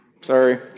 sorry